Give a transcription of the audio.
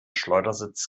schleudersitz